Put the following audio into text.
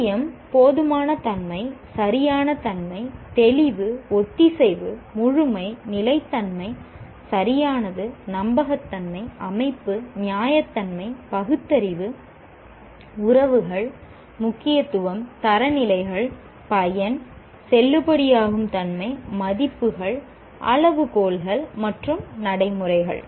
துல்லியம் போதுமான தன்மை சரியான தன்மை தெளிவு ஒத்திசைவு முழுமை நிலைத்தன்மை சரியானது நம்பகத்தன்மை அமைப்பு நியாயத்தன்மை பகுத்தறிவு உறவுகள் முக்கியத்துவம் தரநிலைகள் பயன் செல்லுபடியாகும் தன்மை மதிப்புகள் அளவுகோல்கள் மற்றும் நடைமுறைகள்